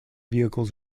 vehicles